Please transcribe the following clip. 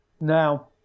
now